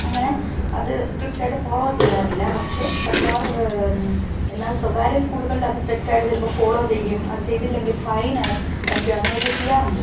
അങ്ങനെ അത് സ്ട്രിക്റ്റായിട്ട് ഫോളോ ചെയ്യാറില്ല പക്ഷെ സർക്കാർ എന്നാൽ സ്വകാര്യ സ്കൂളുകളിൽ അത് സ്ട്രിക്റ്റായിട്ട് ചിലപ്പോൾ ഫോളോ ചെയ്യുകയും അത് ചെയ്തില്ലെങ്കിൽ ഫൈൻ അടയ്ക്കാൻ അങ്ങനെയൊക്കെ ചെയ്യാറുണ്ട്